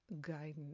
guidance